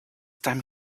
time